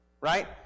Right